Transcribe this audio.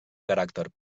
caràcter